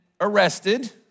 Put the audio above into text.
arrested